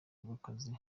rw’akazi